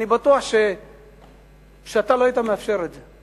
אני בטוח שאתה לא היית מאפשר את זה,